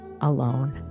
alone